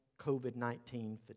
COVID-19